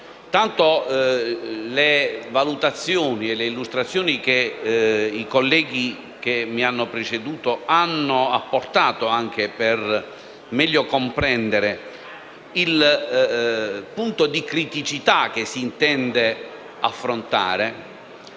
e illustrazioni che i colleghi che mi hanno preceduto hanno fatto per meglio comprendere il punto di criticità che si intende affrontare.